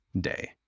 day